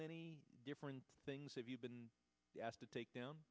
many different things have you been asked to take down